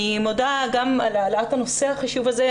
אני מודה על העלאת הנושא החשוב הזה,